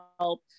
help